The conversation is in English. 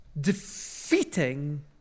Defeating